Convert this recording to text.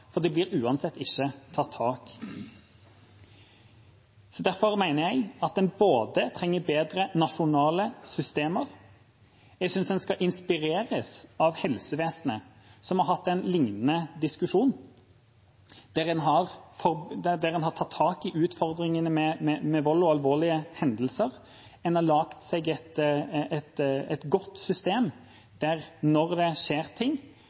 for det blir uansett ikke tatt tak i. Derfor mener jeg at en trenger bedre nasjonale systemer. Jeg synes en skal inspireres av helsevesenet, som har hatt en lignende diskusjon, der en har tatt tak i utfordringene med vold og alvorlige hendelser. En har laget seg et godt system, der det når det skjer ting,